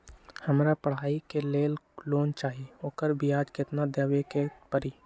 हमरा पढ़ाई के लेल लोन चाहि, ओकर ब्याज केतना दबे के परी?